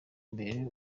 mbere